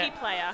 player